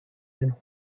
and